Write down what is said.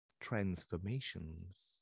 transformations